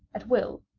at will,